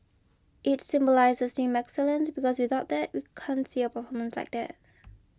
it symbolises team excellence because without that you can't see a performance like that